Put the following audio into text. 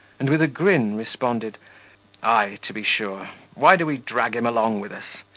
and with a grin responded ay, to be sure why do we drag him along with us?